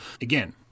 again